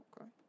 Okay